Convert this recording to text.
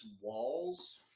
Walls